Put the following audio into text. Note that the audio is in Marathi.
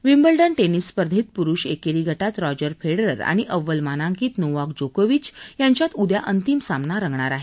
विम्बल्डन टेनिस स्पर्धेत पुरुष एकरी गटात रॉजर फेडरर आणि अव्वल मानांकित नोवाक जोकोविच यांच्यात उद्या अंतिम सामना रंगणार आहे